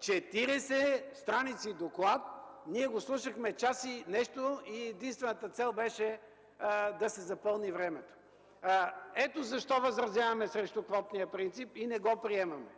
Четиридесет страници доклад ние го слушахме час и нещо и единствената цел беше да се запълни времето. Ето защо възразяваме срещу квотния принцип и не го приемаме.